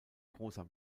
großer